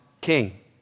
king